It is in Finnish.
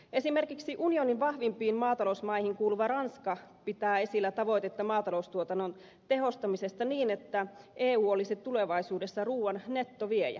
esimerkiksi unionin vahvimpiin maatalousmaihin kuuluva ranska pitää esillä tavoitetta maataloustuotannon tehostamisesta niin että eu olisi tulevaisuudessa ruuan nettoviejä